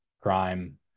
crime